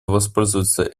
воспользоваться